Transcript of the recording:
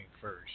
first